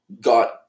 got